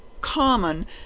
common